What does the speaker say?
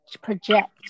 project